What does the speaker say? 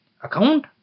Account